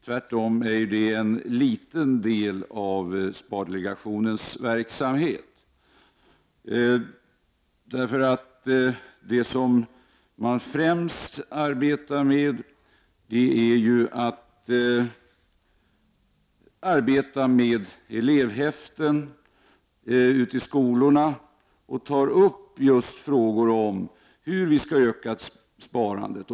Tvärtom är det en liten del av spardelegationens verksamhet. Man arbetar främst med elevhäften till skolorna, som tar upp just frågor om hur vi skall öka sparandet.